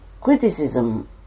criticism